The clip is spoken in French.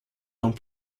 dans